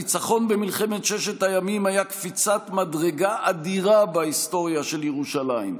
הניצחון במלחמת ששת הימים היה קפיצת מדרגה אדירה בהיסטוריה של ירושלים,